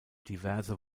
diverse